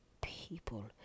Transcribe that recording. people